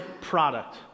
product